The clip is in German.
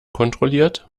kontrolliert